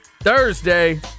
Thursday